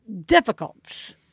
difficult